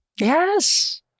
Yes